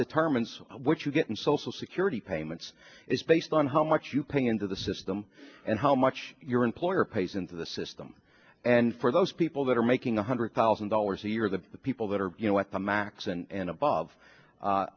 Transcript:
determines what you get in social security payments is based on how much you pay into the system and how much your employer pays into the system and for those people that are making one hundred thousand dollars a year that the people that are you know at the max and above